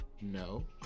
no